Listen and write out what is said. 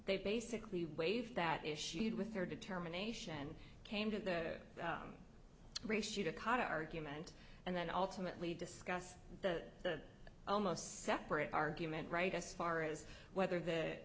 they basically waive that issued with their determination came to the ratio to cut argument and then ultimately discuss the almost separate argument right as far as whether th